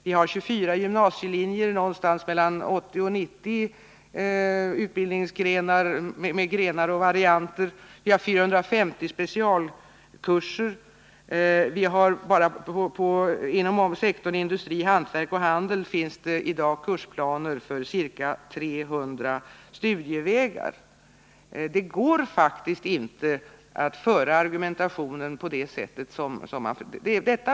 Vi har 24 gymnasielinjer med någonting mellan 80 och 90 grenar och varianter, och vi har 450 specialkurser. Bara inom sektorn industri, hantverk och handel finns i dag kursplaner för ca 300 studievägar. Det går faktiskt inte att föra argumentationen på det sätt som här har skett.